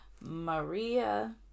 Maria